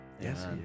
Yes